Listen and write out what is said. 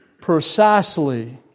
precisely